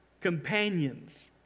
companions